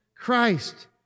Christ